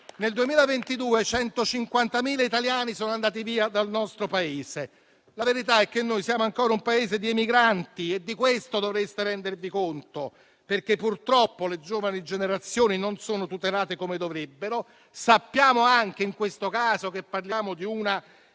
Nel 2022, 150.000 italiani sono andati via dal nostro Paese. La verità è che il nostro è ancora un Paese di emigranti e di questo dovreste rendervi conto, perché purtroppo le giovani generazioni non sono tutelate come dovrebbero. Sappiamo, anche in questo caso, che parliamo di una